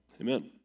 Amen